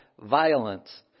violence